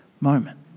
moment